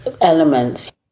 elements